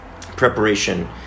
preparation